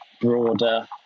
broader